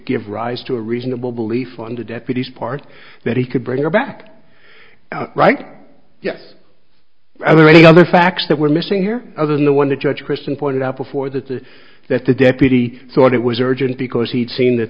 give rise to a reasonable belief under deputies part that he could bring her back right yes i would any other facts that were missing here other than the one the judge kristen pointed out before that the that the deputy thought it was urgent because he'd seen that